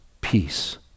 peace